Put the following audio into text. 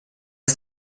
ist